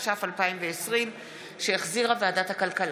התקבלה ותרד מסדר-יומה של הכנסת.